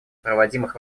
проводимых